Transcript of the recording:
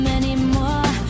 anymore